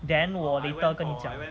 then 我 later 跟你讲